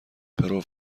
پرو